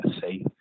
safe